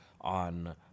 on